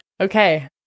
Okay